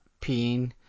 peeing